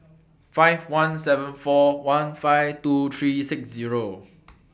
five one seven four one five two three six Zero